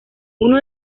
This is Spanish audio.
uno